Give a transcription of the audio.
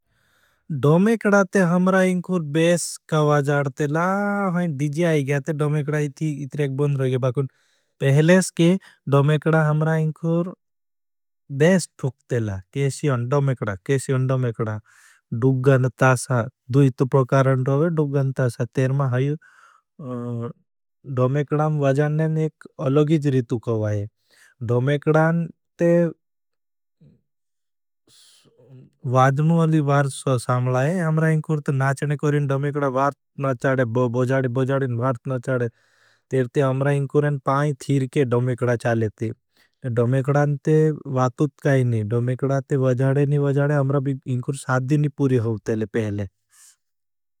दोमेकडा ते हमरा इंखोर बेस कावा जाडतेला। हैं, डिजी आई गया ते, दोमेकडा इती इतरी एक बॉंद रहे बाखों। पहले सके, दोमेकडा हमरा इंखोर बेस ठुकतेला। केशी हैं, दोमेकडा, केशी हैं, दोमेकडा। दुग गनता सा, दु इतर प्रकारन रहे, दुग गनता सा। तेर मां है, दोमेकडां वजाननें एक अलोगी जरीतु को वाई। दोमेकडां ते वाजनू अली वार्थ सा साम्ला है। दोमेकडां ते वजाननें एक अलोगी जरीत।